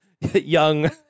young